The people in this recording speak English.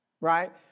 right